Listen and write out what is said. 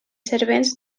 servents